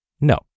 No